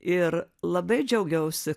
ir labai džiaugiausi